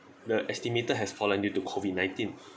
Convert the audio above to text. the estimated has fallen due to COVID-nineteen